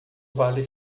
vale